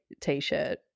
T-shirt